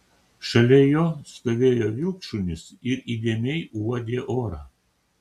šalia jo stovėjo vilkšunis ir įdėmiai uodė orą